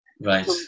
Right